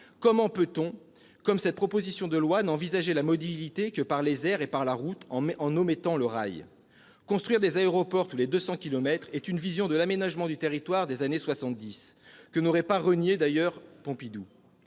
comment peut-on, comme cette proposition de loi, n'envisager la mobilité que par les airs et par la route en omettant le rail ? Construire des aéroports tous les 200 kilomètres est une vision de l'aménagement du territoire des années soixante-dix, que n'aurait d'ailleurs pas renié Pompidou.